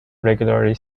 regularly